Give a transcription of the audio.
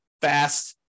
fast